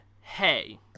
hey